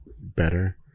better